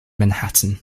manhattan